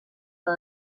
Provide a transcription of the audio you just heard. una